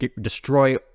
destroy